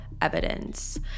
evidence